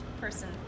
person